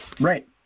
Right